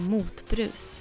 Motbrus